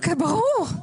ברור.